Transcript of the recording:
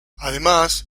además